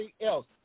else